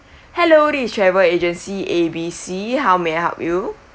hello this is travel agency A B C how may I help you